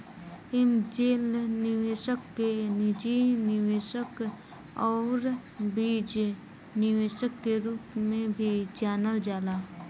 angel निवेशक के निजी निवेशक आउर बीज निवेशक के रूप में भी जानल जाला